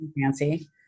fancy